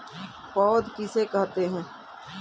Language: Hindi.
पौध किसे कहते हैं?